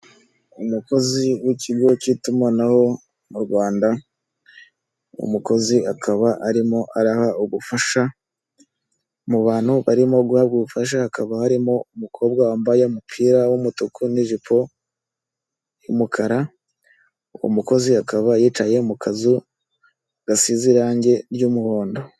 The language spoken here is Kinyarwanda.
Umukozi w'ikigo k'itumanaho mu Rwanda, umukozi akaba arimo araha ubifasha mu bantu barimo guhabwa ubufasha hakaba harimo umukobwa wambaye umupira w'umutuku n'ijipo y'umukara, uwo mukozi akaba yicaye mu kazu gasize irange ry'umuhondo.